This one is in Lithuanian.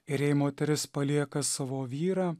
ir jei moteris palieka savo vyrą